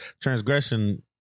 transgression